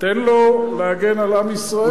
תן לו להגן על עם ישראל.